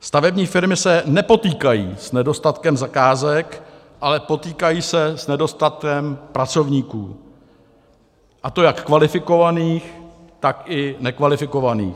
Stavební firmy se nepotýkají s nedostatkem zakázek, ale potýkají se s nedostatkem pracovníků, a to jak kvalifikovaných, tak i nekvalifikovaných.